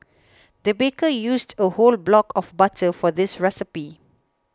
the baker used a whole block of butter for this recipe